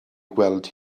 gweld